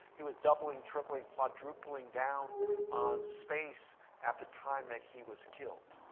he was doubling, tripling, quadrupling down on space at the time that he was killed.